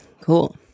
cool